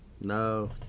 No